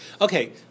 Okay